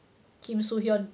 kim soo-hyun